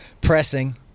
pressing